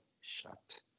Shut